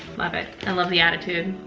love it, i love the attitude,